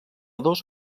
dos